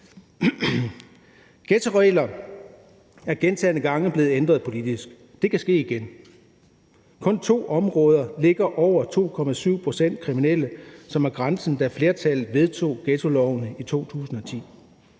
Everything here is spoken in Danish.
Ghettoregler er gentagne gange blevet ændret politisk, det kan ske igen. Kun to områder ligger over 2,7 pct. kriminelle, som var grænsen, da flertallet vedtog ghettoloven i 2010.